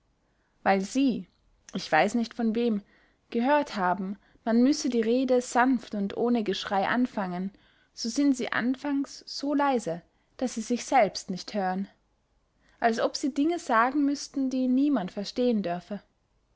weil sie ich weiß nicht von wem gehört haben man müsse die rede sanft und ohne geschrey anfangen so sind sie anfangs so leise daß sie sich selbst nicht hören als ob sie dinge sagen müßten die niemand verstehen dörfe